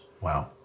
Wow